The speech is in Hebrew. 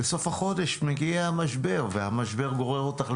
בסוף החודש מגיע משבר, והמשבר גורר אותך.